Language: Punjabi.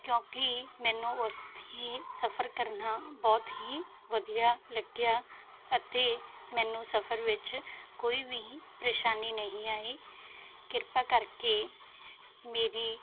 ਕਿਉਂਕਿ ਮੈਨੂੰ ਉਸ 'ਤੇ ਸਫਰ ਕਰਨਾ ਬਹੁਤ ਹੀ ਵਧੀਆ ਲੱਗਿਆ ਅਤੇ ਮੈਨੂੰ ਸਫਰ ਵਿੱਚ ਕੋਈ ਵੀ ਪਰੇਸ਼ਾਨੀ ਨਹੀਂ ਆਈ ਕਿਰਪਾ ਕਰਕੇ ਮੇਰੀ